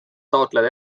taotleda